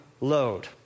load